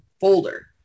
folder